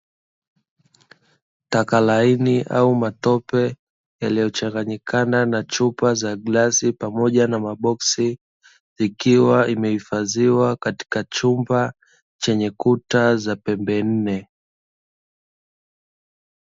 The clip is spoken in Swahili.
Taka laini au matope yaliyochanganyikana na chupa za glass au maboksi ikiwa imehifadhiwa katika chumba chenye kuta za pembe nne.